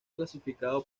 clasificado